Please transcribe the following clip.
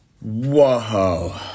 Whoa